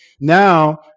Now